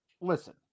listen